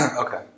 Okay